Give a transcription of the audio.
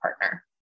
partner